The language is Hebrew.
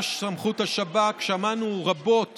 השב"כ, שמענו רבות